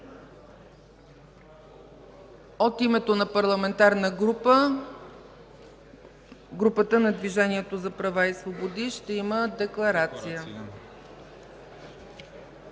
От името на Парламентарната група на Движението за права и свободи ще има декларация.